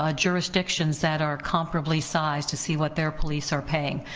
ah jurisdictions that are comparable size to see what their police are paying,